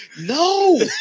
No